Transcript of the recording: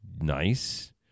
nice